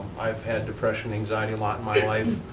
i've had depression, anxiety a lot in my life.